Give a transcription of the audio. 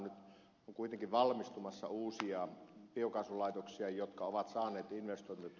nyt on valmistumassa uusia biokaasulaitoksia jotka ovat saaneet investointituen